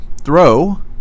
throw